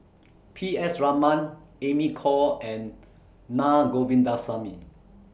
P S Raman Amy Khor and Naa Govindasamy